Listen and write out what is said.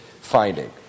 finding